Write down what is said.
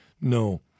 No